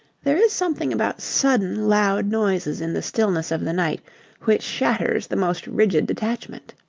there is something about sudden, loud noises in the stillness of the night which shatters the most rigid detachment.